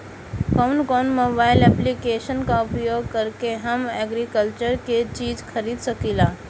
कउन कउन mobile application का प्रयोग करके हम एग्रीकल्चर के चिज खरीद सकिला?